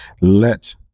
let